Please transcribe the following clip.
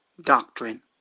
doctrine